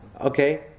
Okay